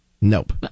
Nope